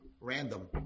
Random